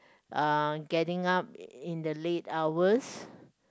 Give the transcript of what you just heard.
uh getting up in the late hours